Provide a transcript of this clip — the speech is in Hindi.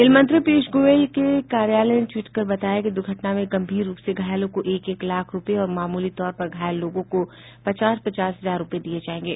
रेल मंत्री पीयूष गोयल के कार्यालय ने ट्वीट कर बताया कि दुर्घटना में गंभीर रूप से घायलों को एक एक लाख रूपये और मामूली तौर पर घायल लोगों को पचास पचास हजार रूपये दिए जाएंगे